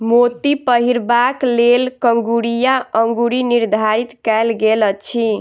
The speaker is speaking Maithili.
मोती पहिरबाक लेल कंगुरिया अंगुरी निर्धारित कयल गेल अछि